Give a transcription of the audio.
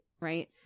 Right